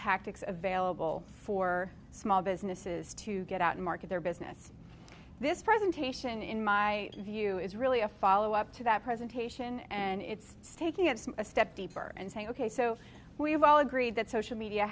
tactics of vailable for small businesses to get out market their business this presentation in my view is really a follow up to that presentation and it's taking it a step deeper and saying ok so we've all agreed that social media